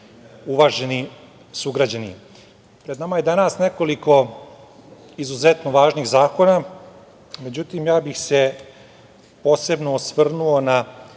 uvaženi sugrađani, pred nama je danas nekoliko izuzetno važnih zakona. Međutim, ja bih se posebno osvrnuo na